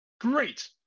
great